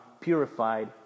purified